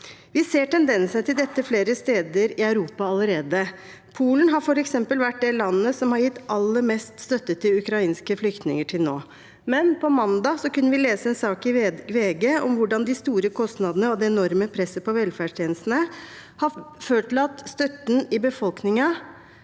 Vi ser tendenser til dette flere steder i Europa allerede. Polen har f.eks. vært det landet som har gitt aller mest støtte til ukrainske flyktninger til nå, men på mandag kunne vi lese en sak i VG om hvordan de store kostnadene og det enorme presset på velferdstjenestene har ført til at støtten i befolkningen